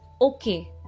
okay